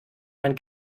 mein